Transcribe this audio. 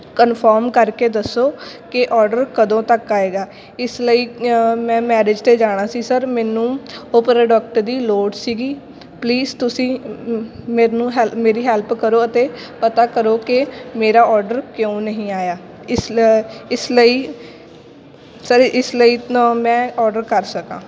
confirm ਕਰਕੇ ਦੱਸੋ ਕਿ ਔਡਰ ਕਦੋਂ ਤੱਕ ਆਏਗਾ ਇਸ ਲਈ ਮੈਂ ਮੈਰਿਜ 'ਤੇ ਜਾਣਾ ਸੀ ਸਰ ਮੈਨੂੰ ਉਹ ਪ੍ਰੋਡਕਟ ਦੀ ਲੋੜ ਸੀਗੀ ਪਲੀਜ਼ ਤੁਸੀਂ ਮੈਨੂੰ ਹੈਲ ਮੇਰੀ ਹੈਲਪ ਕਰੋ ਅਤੇ ਪਤਾ ਕਰੋ ਕਿ ਮੇਰਾ ਔਡਰ ਕਿਉਂ ਨਹੀਂ ਆਇਆ ਇਸ ਲ ਇਸ ਲਈ ਸਰ ਇਸ ਲਈ ਨ ਮੈਂ ਔਡਰ ਕਰ ਸਕਾਂ